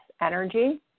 energy